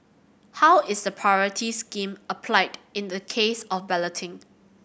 how is the priority scheme applied in the case of balloting